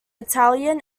italian